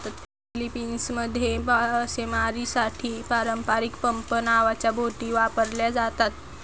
फिलीपिन्समध्ये मासेमारीसाठी पारंपारिक पंप नावाच्या बोटी वापरल्या जातात